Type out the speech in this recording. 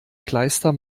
kleister